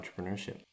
entrepreneurship